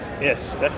Yes